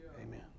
Amen